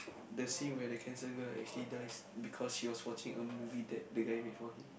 the scene where the cancer girl actually dies because she was watching a movie that the guy made for him